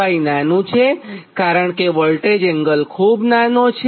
fi નાનું છે કારણ કે વોલ્ટેજ એંગલ ખૂબ નાનો છે